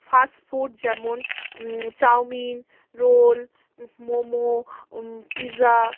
fast food যেমন chow mein roll momo pizza